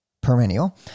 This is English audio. perennial